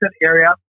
area